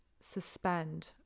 suspend